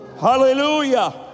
hallelujah